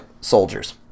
soldiers